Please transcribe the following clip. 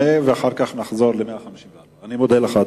ואחר כך נחזור לשאילתא מס' 154. אני מודה לך,